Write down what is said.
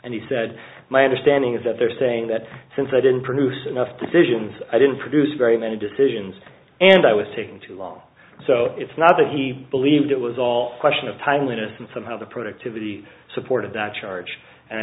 and he said my understanding is that they're saying that since i didn't produce enough decisions i didn't produce very many decisions and i was taking too long so it's not that he believed it was all a question of timeliness and somehow the productivity supported that charge and i